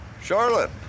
Charlotte